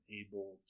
able